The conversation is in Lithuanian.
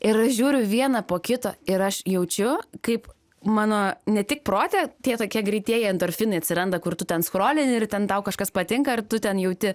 ir aš žiūriu vieną po kito ir aš jaučiu kaip mano ne tik prote tie tokie greitieji endorfinai atsiranda kur tu ten skrolini ir ten tau kažkas patinka ir tu ten jauti